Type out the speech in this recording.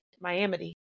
Miami